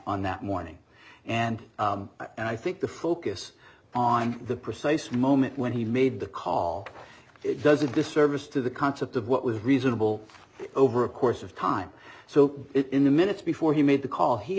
on that morning and i think the focus on the precise moment when he made the call it does a disservice to the concept of what was reasonable over a course of time so it in the minutes before he made the call he